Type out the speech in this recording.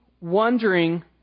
wondering